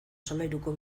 solairuko